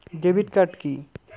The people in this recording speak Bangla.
Debit card key?